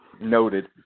noted